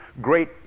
great